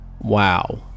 Wow